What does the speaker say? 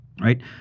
right